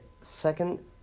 Second